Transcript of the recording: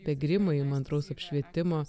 be grimo įmantraus apšvietimo